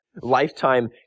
lifetime